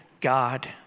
God